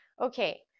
okay